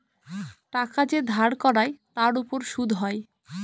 টাকা যে ধার করায় তার উপর সুদ হয়